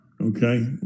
Okay